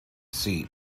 seat